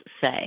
say